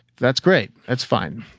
that's great, that's fine.